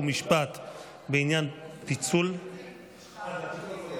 בתי דין מינהליים ותכנון